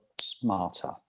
smarter